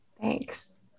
Thanks